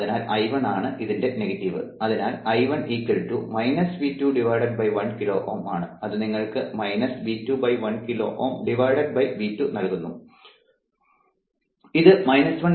അതിനാൽ I1 ആണ് ഇതിന്റെ നെഗറ്റീവ് അതിനാൽ I1 V2 1 കിലോ Ω ആണ് അത് നിങ്ങൾക്ക് V2 1 കിലോ Ω V2 നൽകുന്നു ഇത് 1 മില്ലിസീമെൻസ്ന് തുല്യമാണ്